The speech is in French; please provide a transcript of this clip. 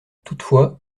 toutefois